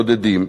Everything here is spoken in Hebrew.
שודדים,